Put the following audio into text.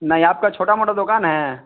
नहीं आपका छोटा मोटा दुकान है